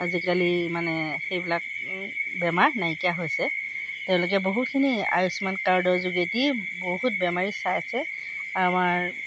আজিকালি মানে সেইবিলাক বেমাৰ নাইকিয়া হৈছে তেওঁলোকে বহুখিনি আয়ুষ্মান কাৰ্ডৰ যোগেদি বহুত বেমাৰী চাই আছে আমাৰ